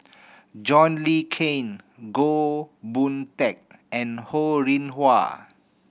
John Le Cain Goh Boon Teck and Ho Rih Hwa